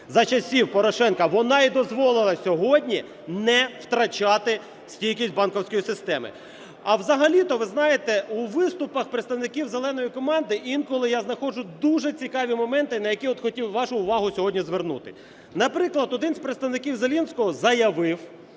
за часів Порошенка, вона і дозволила сьогодні не втрачати стійкість банківської системи. А взагалі-то, ви знаєте, у виступах представників "зеленої" команди інколи я знаходжу дуже цікаві моменти, на які хотів вашу увагу сьогодні звернути. Наприклад, один із представників Зеленського заявив,